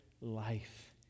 life